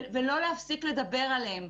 ולא להפסיק לדבר עליהם.